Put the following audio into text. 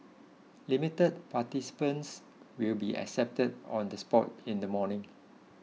limited participants will be accepted on the spot in the morning